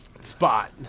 spot